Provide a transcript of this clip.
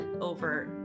over